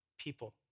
people